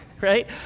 right